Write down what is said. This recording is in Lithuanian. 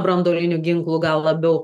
branduolinių ginklų gal labiau